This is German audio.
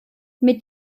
mit